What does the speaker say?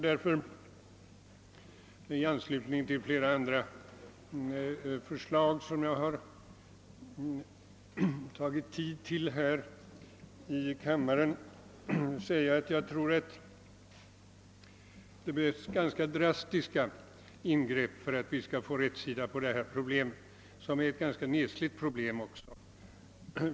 Därför vill jag, i anslutning till flera andra förslag som jag har upptagit tiden med här i kammaren, säga att jag tror att det behövs ganska drastiska ingrepp för att vi skall få rätsida på detta problem, som ju är ganska nesligt.